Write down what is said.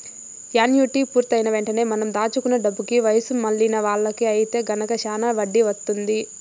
annuity పూర్తయిన వెంటనే మనం దాచుకున్న డబ్బుకి వయసు మళ్ళిన వాళ్ళకి ఐతే గనక శానా వడ్డీ వత్తుంది